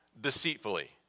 deceitfully